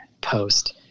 post